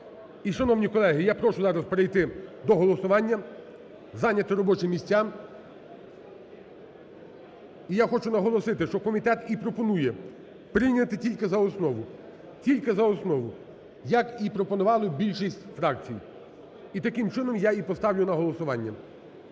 шановні колеги, я прошу зараз перейти до голосування, зайняти робочі місця. І я хочу наголосити, що комітет і пропонує прийняти тільки за основу, тільки за основу, як і пропонувало більшість фракцій, і таким чином я і поставлю на голосування.